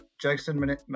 Jackson